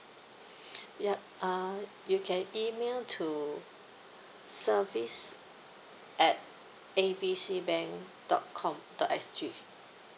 ya uh you can email to service at A B C bank dot com dot S_G